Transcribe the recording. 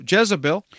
Jezebel